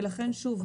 ולכן שוב,